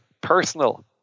personal